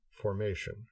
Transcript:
formation